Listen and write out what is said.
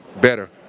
better